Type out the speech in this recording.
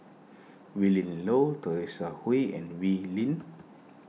Willin Low Teresa Hsu and Wee Lin